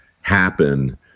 happen